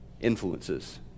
influences